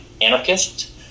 anarchist